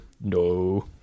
No